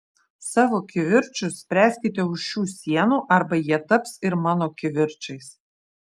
savo kivirčus spręskite už šių sienų arba jie taps ir mano kivirčais